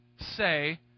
Say